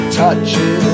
touches